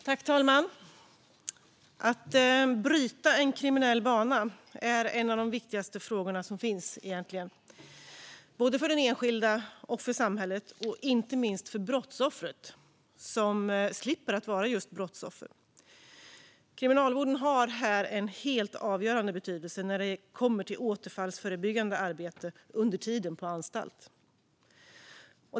Herr talman! Att bryta en kriminell bana är något av det viktigaste som finns - för den enskilde, för samhället och inte minst för brottsoffret, som då slipper vara just brottsoffer. Kriminalvården har en helt avgörande betydelse när det gäller återfallsförebyggande arbete under tiden på anstalt.